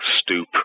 stoop